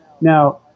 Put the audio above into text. Now